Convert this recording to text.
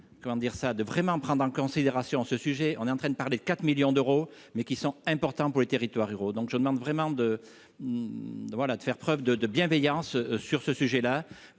de vraiment prendre en considération ce sujet, on est en train de parler 4 millions d'euros, mais qui sont importants pour les territoires ruraux, donc je demande vraiment de voilà, de faire preuve de bienveillance sur ce sujet-là,